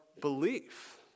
belief